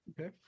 Okay